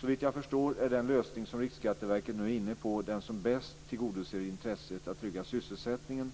Såvitt jag förstår är den lösning som Riksskatteverket nu är inne på den som bäst tillgodoser intresset av att trygga sysselsättningen